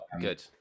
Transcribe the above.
good